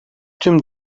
tüm